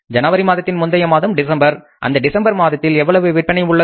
ஜனவரி மாதத்தின் முந்தைய மாதம் டிசம்பர் அந்த டிசம்பர் மாதத்தில் எவ்வளவு விற்பனை உள்ளது